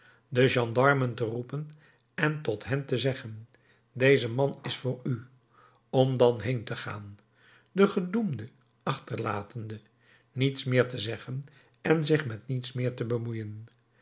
de gendarmen te roepen en tot hen te zeggen deze man is voor u om dan heen te gaan den gedoemde achterlatende niets meer te zeggen en zich met niets meer te bemoeien